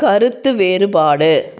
கருத்து வேறுபாடு